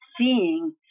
seeing